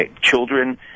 children